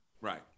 Right